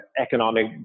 economic